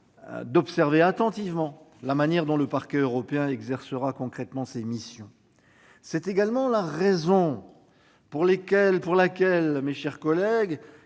d'observer attentivement la manière dont le Parquet européen exercera concrètement ses missions. C'est également la raison pour laquelle il me semble